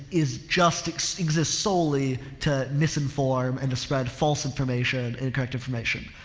is just exists solely to misinform and to spread false information, and incorrect information.